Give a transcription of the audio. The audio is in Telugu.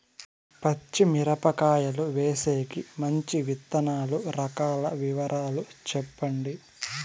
పచ్చి మిరపకాయలు వేసేకి మంచి విత్తనాలు రకాల వివరాలు చెప్పండి?